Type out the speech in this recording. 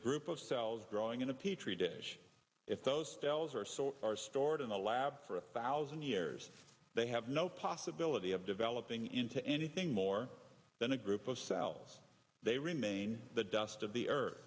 group of cells growing in a petri dish if those cells are so are stored in a lab for a thousand years they have no possibility of elop ing into anything more than a group of cells they remain the dust of the earth